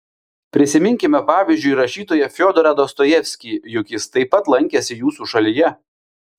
prisiminkime pavyzdžiui rašytoją fiodorą dostojevskį juk jis taip pat lankėsi jūsų šalyje